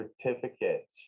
certificates